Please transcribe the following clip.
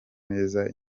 meza